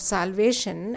Salvation